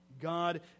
God